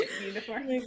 uniform